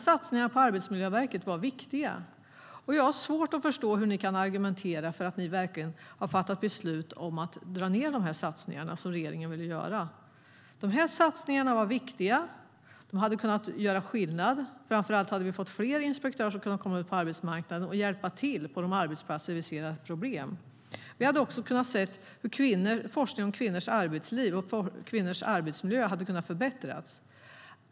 Satsningarna på Arbetsmiljöverket var viktiga, och jag har svårt att förstå hur ni kan argumentera för att ni verkligen har fattat beslut om att dra ned på de satsningar regeringen ville göra. Satsningarna var viktiga, och de hade kunnat göra skillnad. Framför allt hade vi fått fler inspektörer som kunde komma ut på arbetsmarknaden och hjälpa till på de arbetsplatser där vi ser problem. Vi hade också kunnat se hur forskning om kvinnors arbetsliv och arbetsmiljö hade kunnat förbättras.